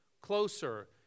closer